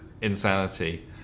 Insanity